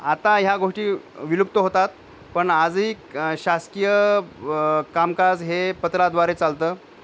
आता ह्या गोष्टी विलुप्त होतात पण आजही शासकीय कामकाज हे पत्राद्वारे चालतं